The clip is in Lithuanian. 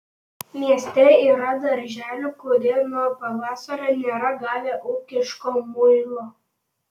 mieste yra darželių kurie nuo pavasario nėra gavę ūkiško muilo